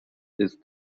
ist